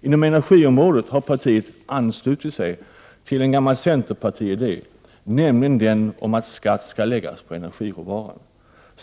Inom energiområdet har partiet anslutit sig till en gammal centerpartiidé, nämligen den att skatt skall läggas på energiråvaran.